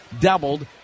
Doubled